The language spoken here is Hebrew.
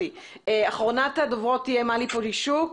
אחרונת הדוברות תהיה מלי פולישוק.